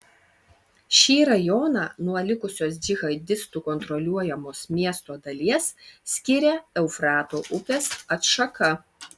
šį rajoną nuo likusios džihadistų kontroliuojamos miesto dalies skiria eufrato upės atšaka